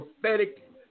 prophetic